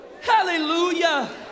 hallelujah